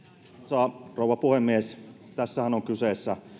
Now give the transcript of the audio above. arvoisa rouva puhemies tässähän on kyseessä